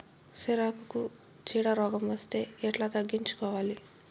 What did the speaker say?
సిరాకుకు చీడ రోగం వస్తే ఎట్లా తగ్గించుకోవాలి?